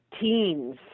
teens